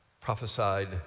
prophesied